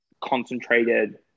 concentrated